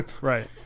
right